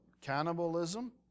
cannibalism